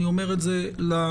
אני אומר את זה לפרוטוקול.